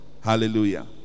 Hallelujah